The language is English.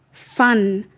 fun,